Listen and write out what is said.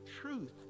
truth